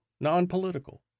Non-political